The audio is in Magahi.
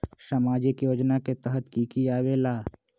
समाजिक योजना के तहद कि की आवे ला?